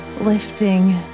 lifting